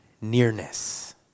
nearness